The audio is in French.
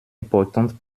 importantes